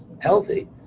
healthy